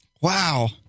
Wow